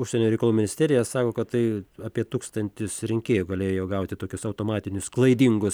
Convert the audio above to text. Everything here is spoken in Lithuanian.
užsienio reikalų ministerija sako kad tai apie tūkstantis rinkėjų galėjo gauti tokius automatinius klaidingus